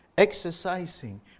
exercising